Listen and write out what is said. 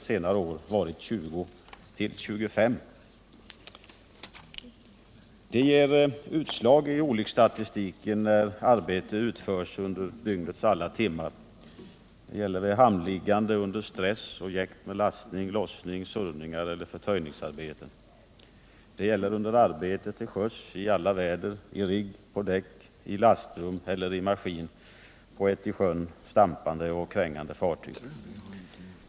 Det gäller här ett arbete vid hamnliggande under stress och jäkt med lastning, lossning, surrning eller förtöjning. Det utförs till sjöss i alla väder, i rigg, på däck, i lastrum eller i maskin på ett i sjön stampande och krängande fartyg.